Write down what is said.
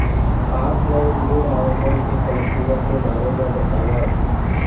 Offline ऋण आवेदन के प्रक्रिया के बारे म बतावव?